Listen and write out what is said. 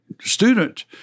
student